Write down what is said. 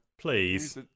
Please